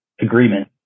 agreement